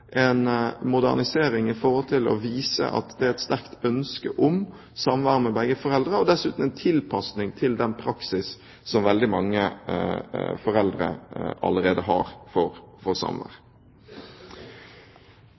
en modernisering i forhold til å vise at det er et sterkt ønske om samvær med begge foreldre, og dessuten en tilpasning til den praksis som veldig mange foreldre allerede har for